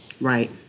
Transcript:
Right